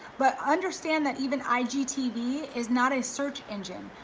but understand that even igtv is not a search engine.